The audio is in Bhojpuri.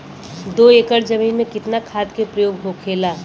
दो एकड़ जमीन में कितना खाद के प्रयोग होखेला?